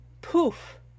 Poof